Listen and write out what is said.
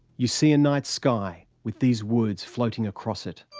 you see a night sky with these words floating across it